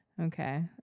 okay